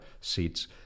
seats